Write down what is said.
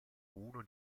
uno